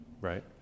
right